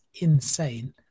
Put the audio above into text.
insane